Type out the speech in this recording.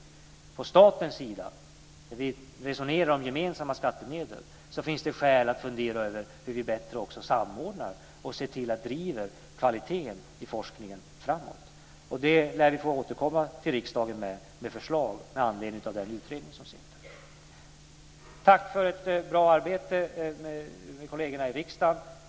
När vi från statens sida resonerar om gemensamma skattemedel finns det skäl att fundera över hur vi bättre kan samordna och se till att driva kvaliteten i forskningen framåt. Vi lär få återkomma till riksdagen med förslag med anledning av den utredning som sitter. Tack för ett bra arbete med kollegerna i riksdagen.